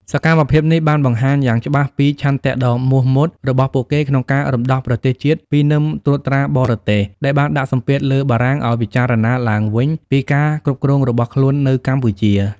សកម្មភាពនេះបានបង្ហាញយ៉ាងច្បាស់ពី ឆន្ទៈដ៏មោះមុតរបស់ពួកគេក្នុងការរំដោះប្រទេសជាតិពីនឹមត្រួតត្រាបរទេស ដែលបានដាក់សម្ពាធលើបារាំងឱ្យពិចារណាឡើងវិញពីការគ្រប់គ្រងរបស់ខ្លួននៅកម្ពុជា។